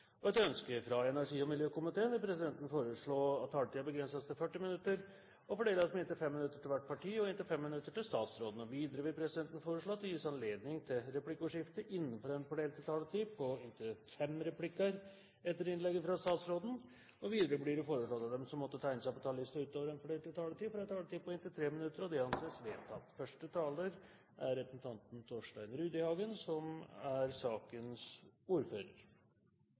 også et underlig signal i dagens debatt. Flere har ikke bedt om ordet til sak nr. 10. Etter ønske fra finanskomiteen vil presidenten foreslå at taletiden begrenses til 40 minutter og fordeles med inntil 5 minutter til hvert parti og inntil 5 minutter til statsråden. Videre vil presidenten foreslå at det gis anledning til replikkordskifte på inntil tre replikker med svar etter innlegget fra statsråden innenfor den fordelte taletid. Videre blir det foreslått at de som måtte tegne seg på talerlisten utover den fordelte taletid, får en taletid på inntil 3 minutter. – Det anses vedtatt.